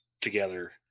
together